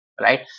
Right